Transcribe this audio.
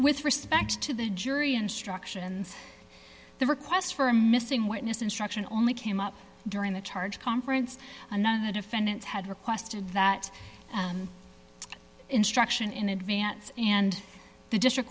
with respect to the jury instructions the request for a missing witness instruction only came up during the charge conference another defendant had requested that instruction in advance and the district